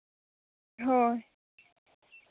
ᱦᱳᱭ